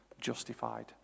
justified